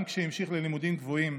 גם כשהמשיך ללימודים גבוהים,